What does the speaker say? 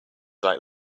like